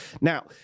Now